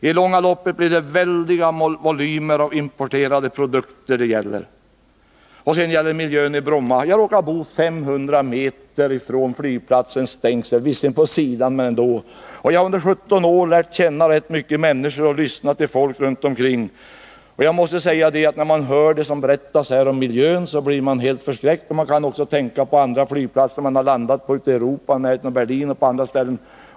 I långa loppet gäller det stora volymer av importerade produkter. En annan fråga är miljön i Bromma. Jag råkar bo 500 m från flygplatsens stängsel längs ena sidan av den. Under 17 års tid har jag lärt känna och lyssnat till åtskilliga människor runt flygplatsen. När man här hör berättas om miljön så blir man helt förskräckt. Jag jämför med hur miljöförhållandena är vid andra flygplatser ute i Europa, i närheten av Berlin och andra ställen.